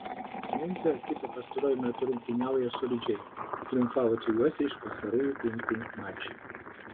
memfio ekipa pastaruoju metu rungtyniauja solidžiai triumfavo trijuose iš pastarųjų penkių mačų